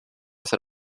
hacer